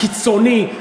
הקיצוני,